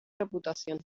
reputación